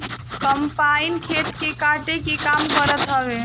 combine खेत के काटे के काम करत हवे